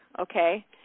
okay